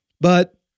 But-